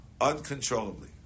uncontrollably